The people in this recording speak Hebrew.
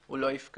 הוא לא יפקע.